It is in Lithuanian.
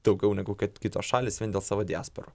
daugiau negu kad kitos šalys vien dėl savo diasporų